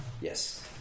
Yes